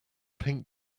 pink